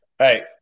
Hey